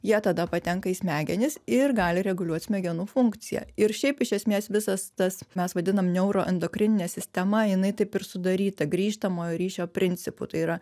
jie tada patenka į smegenis ir gali reguliuot smegenų funkciją ir šiaip iš esmės visas tas mes vadinam neuroendokrinine sistema jinai taip ir sudaryta grįžtamojo ryšio principu tai yra